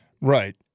right